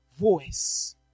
voice